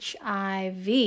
HIV